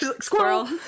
squirrel